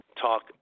talk